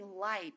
light